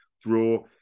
draw